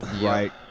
right